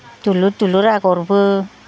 दुलुर दुलुर आगरबो